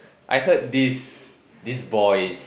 I heard this these boys